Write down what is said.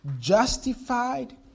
justified